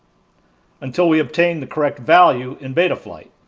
until we obtain the correct value in betaflight.